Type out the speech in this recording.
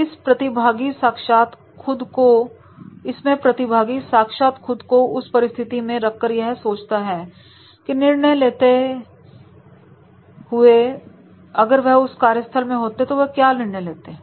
इसमें प्रतिभागी साक्षात खुद को उस परिस्थिति में रखकर यह सोचते हैं और निर्णय लेते हैं कि अगर वह उस कार्यस्थल में होते तो वह क्या निर्णय लेते हैं